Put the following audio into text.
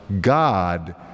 God